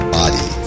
body